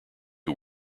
who